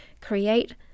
create